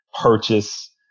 purchase